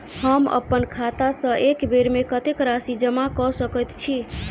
हम अप्पन खाता सँ एक बेर मे कत्तेक राशि जमा कऽ सकैत छी?